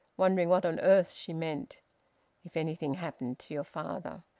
wondering what on earth she meant if anything happened to your father!